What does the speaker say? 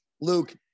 Luke